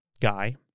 guy